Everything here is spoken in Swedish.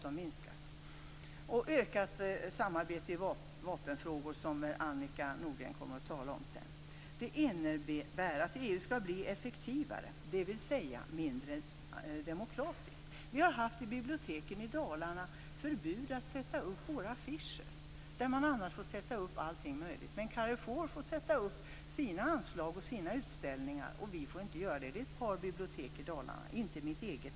Vidare handlar det om ett ökat samarbete i vapenfrågor, något som nog Annika Nordgren senare kommer att tala om. Detta innebär att EU skall bli effektivare, dvs. mindre demokratiskt. På biblioteken i Dalarna har det rått förbud mot att sätta upp våra affischer men annars får man ju sätta upp allt möjligt där. Carifour får dock sätta upp sina anslag och sina utställningar, vilket vi alltså inte får göra. Det här gäller ett par bibliotek i Dalarna, dock inte mitt eget.